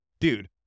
dude